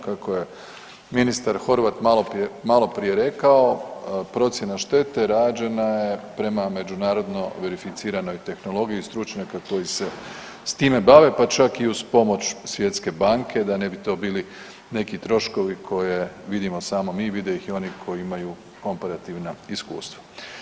Kako je ministar Horvat maloprije rekao procjena štete rađena je prema međunarodno verificiranoj tehnologiji stručnjaka koji se s time bave pa čak i uz pomoć Svjetske banke da ne bi to bili neki troškovi koje ne vidimo samo mi, vide ih i oni koji imaju komparativna iskustva.